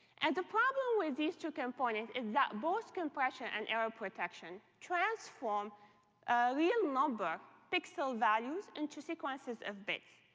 and the problem with these two components is that both compression and error protection transform real-number pixel values into sequences of bits.